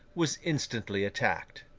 was instantly attacked.